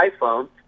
iPhone